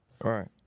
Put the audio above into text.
right